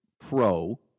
pro